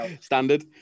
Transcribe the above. standard